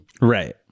right